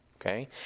Okay